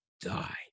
die